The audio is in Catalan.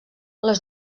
les